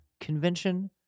convention